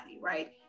right